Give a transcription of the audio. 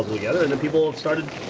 together and then people have started